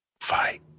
fight